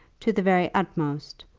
to the very utmost,